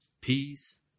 peace